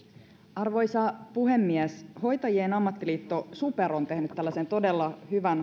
arvoisa puhemies hoitajien ammattiliitto super on tehnyt tällaisen todella hyvän